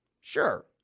sure